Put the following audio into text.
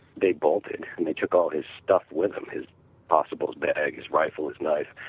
they bolted and they took all his stuff with them, his possibles bag, his rifle, his knife,